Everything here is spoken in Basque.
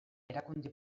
erakunde